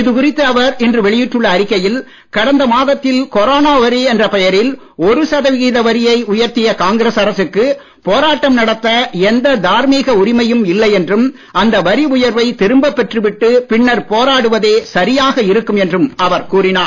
இதுகுறித்து அவர் இன்று வெளியிட்டுள்ள அறிக்கையில் கடந்த மாதத்தில் கொரோனா வரி என்ற பெயரில் ஒரு சதவிகித வரியை உயர்த்திய காங்கிரஸ் அரசுக்கு போராட்டம் நடத்த எந்த தார்மீக உரிமையும் இல்லை என்றும் அந்த வரி உயர்வை திரும்ப பெற்று விட்டு பின்னர் போராடுவதே சரியாக இருக்கும் என்றும் அவர் கூறி உள்ளார்